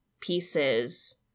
pieces